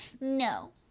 no